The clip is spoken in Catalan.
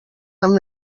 amb